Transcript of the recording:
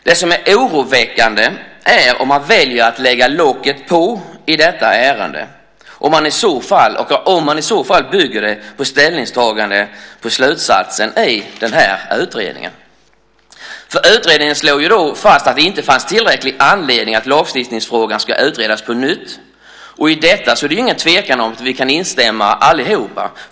Det som är oroväckande är om man väljer att lägga locket på i detta ärende och om man i så fall bygger sitt ställningstagande på slutsatsen i den här utredningen. Utredningen slog fast att det inte fanns tillräcklig anledning till att lagstiftningsfrågan ska utredas på nytt. Och det är ingen tvekan om att vi alla kan instämma i detta.